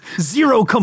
Zero